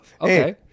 Okay